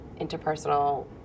interpersonal